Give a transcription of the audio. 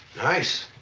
nice!